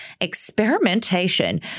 experimentation